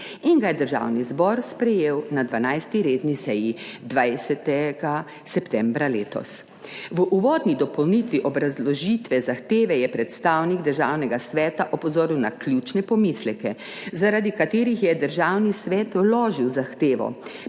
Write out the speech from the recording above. in ga je Državni zbor sprejel na 12. redni seji 20. septembra letos. V uvodni dopolnitvi obrazložitve zahteve je predstavnik Državnega sveta opozoril na ključne pomisleke, zaradi katerih je Državni svet vložil zahtevo,